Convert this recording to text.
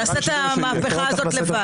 תעשה את המהפכה הזאת לבד.